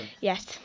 Yes